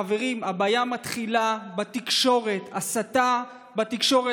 חברים, הבעיה מתחילה בתקשורת, הסתה בתקשורת.